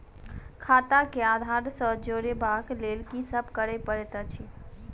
खाता केँ आधार सँ जोड़ेबाक लेल की सब करै पड़तै अछि?